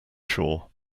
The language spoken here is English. shore